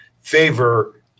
favor